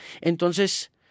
Entonces